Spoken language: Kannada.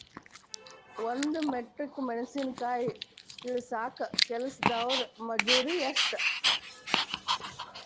ಒಂದ್ ಮೆಟ್ರಿಕ್ ಟನ್ ಮೆಣಸಿನಕಾಯಿ ಇಳಸಾಕ್ ಕೆಲಸ್ದವರ ಮಜೂರಿ ಎಷ್ಟ?